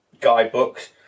guidebooks